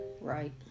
right